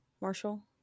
Marshall